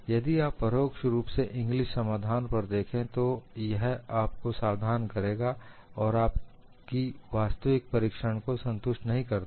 यदि आप परोक्ष रूप से इंग्लिस समाधान पर देखें तो तो यह आपको सावधान करेगा और आप की वास्तविक परीक्षण को संतुष्ट नहीं करता है